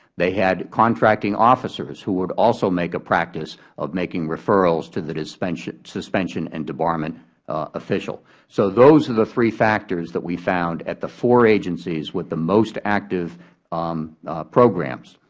they had contracting officers who would also make a practice of making referrals to the suspension suspension and debarment official. so those are the three factors that we found at the four agencies with the most active um programs.